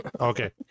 Okay